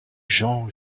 jean